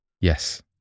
Yes